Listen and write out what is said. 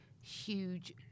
huge